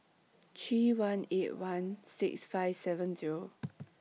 three one eight one six five seven Zero